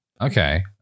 Okay